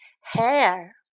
hair